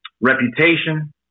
reputation